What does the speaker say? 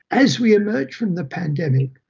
as we emerge from the pandemic,